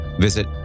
visit